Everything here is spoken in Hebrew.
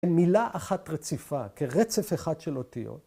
‫מילה אחת רציפה, ‫כרצף אחד של אותיות.